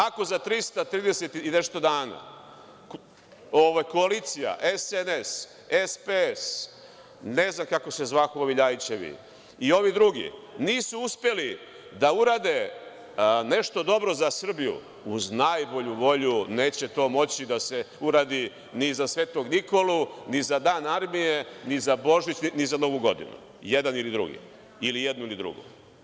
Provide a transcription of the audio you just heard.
Ako za 330 i nešto dana koalicija SNS, SPS, ne znam kako su zvahu ovi LJajićevi i ovi drugi nisu uspeli da urade nešto dobro za Srbiju, uz najbolju volju, neće to moći da se uradi ni za Svetog Nikolu, ni za Dan armije, ni za Božić, ni za Novu godinu, jedan ili drugi, ili jednu ili drugu.